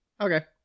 Okay